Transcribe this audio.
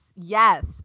Yes